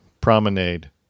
Promenade